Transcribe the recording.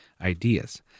ideas